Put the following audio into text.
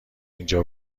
اینجا